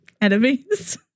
enemies